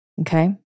Okay